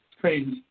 crazy